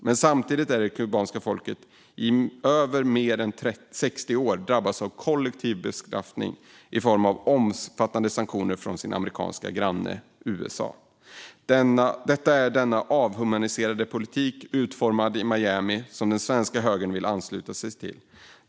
Men samtidigt har det kubanska folket i över 60 år drabbats av kollektiv bestraffning i form av omfattande sanktioner från sin amerikanska granne USA. Det är denna avhumaniserade politik utformad i Miami som den svenska högern vill ansluta sig till.